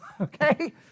okay